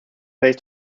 pays